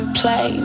play